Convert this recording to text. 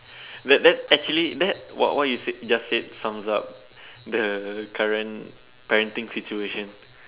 that that that actually that what what you said just said sums up the current parenting situation